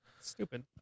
Stupid